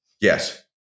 Yes